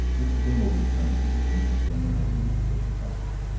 mrs. engle returned and virginia, staying another minute, said good-by.